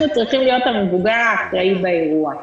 צריכים להיות המבוגר האחראי באירוע.